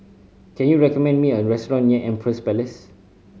can you recommend me a restaurant near Empress Place